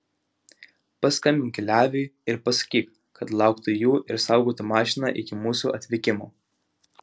paskambink leviui ir pasakyk kad lauktų jų ir saugotų mašiną iki mūsų atvykimo